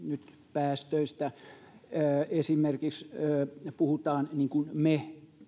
päästöistä esimerkiksi me